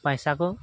ᱯᱚᱭᱥᱟ ᱠᱚ